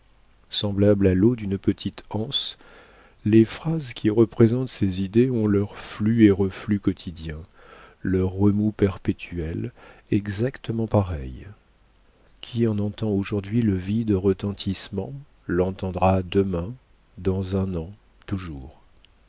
semblables à l'eau d'une petite anse les phrases qui représentent ces idées ont leur flux et reflux quotidien leur remous perpétuel exactement pareil qui en entend aujourd'hui le vide retentissement l'entendra demain dans un an toujours